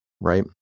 right